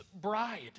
bride